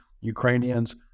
Ukrainians